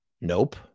nope